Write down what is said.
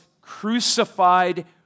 crucified